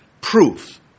proof